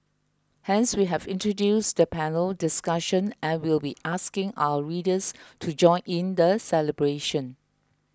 hence we have introduced the panel discussion and will be asking our readers to join in the celebration